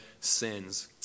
sins